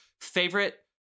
favorite